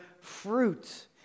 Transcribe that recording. fruit